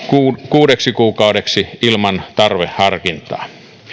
kuudeksi kuukaudeksi ilman tarveharkintaa